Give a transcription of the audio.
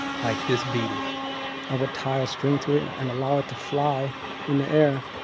like this beetle i would tie a string to it and allow it to fly in the air.